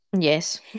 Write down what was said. Yes